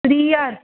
त्रीह् ज्हार